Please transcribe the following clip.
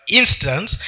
instance